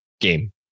game